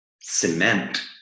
cement